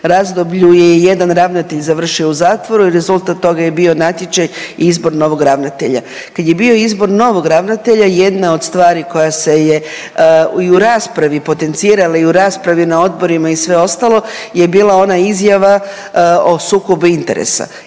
razdoblju je i jedan ravnatelj završio u zatvoru i rezultat toga je bio natječaj i izbor novog ravnatelja. Kad je bio izbor novog ravnatelja jedna od stvari koja se je i u raspravi potencirala i u raspravi i na odborima i sve ostalo je bila ona izjava o sukobu interesa.